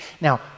now